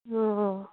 অঁ অঁ